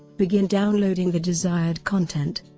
begin downloading the desired content,